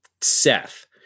Seth